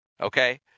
okay